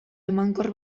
emankor